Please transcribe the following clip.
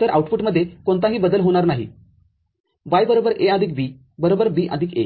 तर आउटपुटमध्ये कोणताही बदल होणार नाही